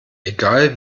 egal